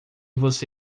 você